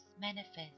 manifest